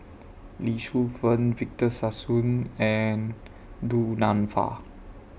Lee Shu Fen Victor Sassoon and Du Nanfa